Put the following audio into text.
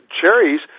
cherries